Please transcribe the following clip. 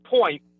Point